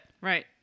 Right